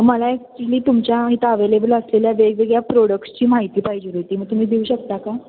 मला ॲक्चुली तुमच्या इथं अवेलेबल असलेल्या वेवेगळ्या प्रोडक्ट्सची माहिती पाहिजे होती मग तुम्ही देऊ शकता का